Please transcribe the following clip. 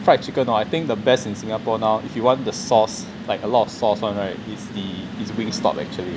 fried chicken hor I think the best in singapore now if you want the sauce like a lot of sauce [one] right it's the it's wingstop actually